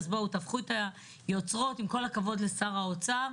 אז תהפכו את היוצרות, עם כל הכבוד לשר האוצר.